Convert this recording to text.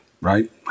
right